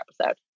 episode